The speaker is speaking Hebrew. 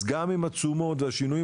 אז גם עם התשומות ועם השינויים,